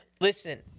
listen